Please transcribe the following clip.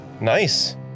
Nice